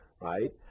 right